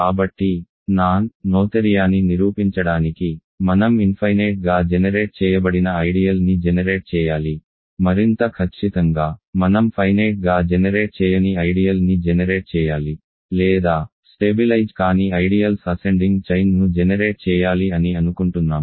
కాబట్టి నాన్ నోథెరియాని నిరూపించడానికి మనం ఇన్ఫైనేట్ గా జెనెరేట్ చేయబడిన ఐడియల్ ని జెనెరేట్ చేయాలి మరింత ఖచ్చితంగా మనం ఫైనేట్ గా జెనెరేట్ చేయని ఐడియల్ ని జెనెరేట్ చేయాలి లేదా స్టెబిలైజ్ కాని ఐడియల్స్ అసెండింగ్ చైన్ ను జెనెరేట్ చేయాలి అని అనుకుంటున్నాము